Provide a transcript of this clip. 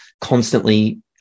constantly